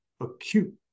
acute